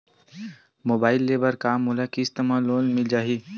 Mobile ले बर का मोला किस्त मा लोन मिल जाही?